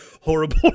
horrible